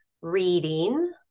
reading